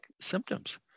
symptoms